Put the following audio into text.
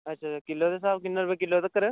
अच्छा किलो दे स्हाब कन्नै किन्ने रपे किलो तगर